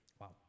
wow